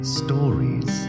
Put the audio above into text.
stories